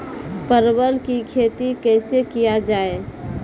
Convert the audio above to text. परवल की खेती कैसे किया जाय?